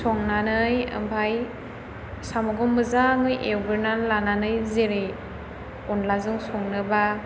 संनानै ओमफ्राय साम'खौ मोजाङै एवग्रोना लानानै जेरै अनलाजों संनोबा